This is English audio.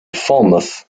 falmouth